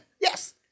Yes